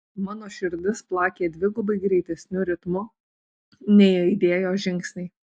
mano širdis plakė dvigubai greitesniu ritmu nei aidėjo žingsniai